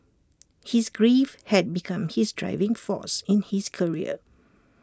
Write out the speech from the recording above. his grief had become his driving force in his career